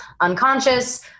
unconscious